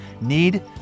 need